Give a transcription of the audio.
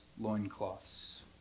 loincloths